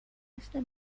este